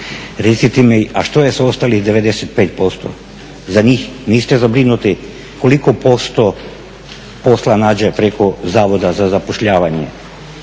Recite mi, a što je s ostalih 95%? Za njih niste zabrinuti? Koliko posto posla nađe preko Zavoda za zapošljavanje?